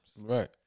Right